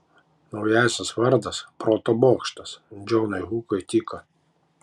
naujasis vardas proto bokštas džonui hukui tiko